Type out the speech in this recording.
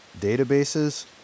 databases